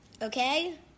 Okay